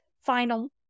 final